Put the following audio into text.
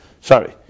sorry